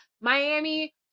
Miami